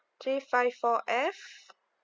three five four F